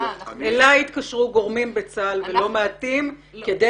אלי התקשרו גורמים לא מעטים בצה"ל כדי